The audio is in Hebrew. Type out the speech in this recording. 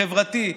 חברתי,